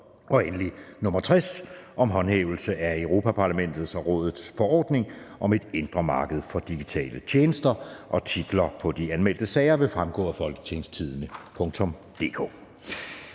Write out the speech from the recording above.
60 (Forslag til lov om håndhævelse af Europa-Parlamentets og Rådets forordning om et indre marked for digitale tjenester)).